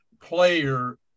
player